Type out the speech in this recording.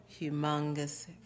humongous